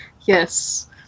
yes